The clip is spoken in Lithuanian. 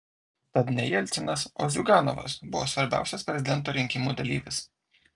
tad ne jelcinas o ziuganovas buvo svarbiausias prezidento rinkimų dalyvis